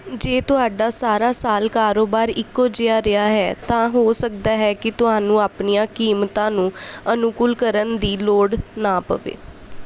ਜੇ ਤੁਹਾਡਾ ਸਾਰਾ ਸਾਲ ਕਾਰੋਬਾਰ ਇੱਕੋ ਜਿਹਾ ਰਿਹਾ ਹੈ ਤਾਂ ਹੋ ਸਕਦਾ ਹੈ ਕਿ ਤੁਹਾਨੂੰ ਆਪਣੀਆਂ ਕੀਮਤਾਂ ਨੂੰ ਅਨੁਕੂਲ ਕਰਨ ਦੀ ਲੋੜ ਨਾ ਪਵੇ